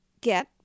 get